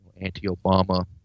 anti-Obama